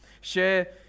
Share